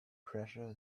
pressure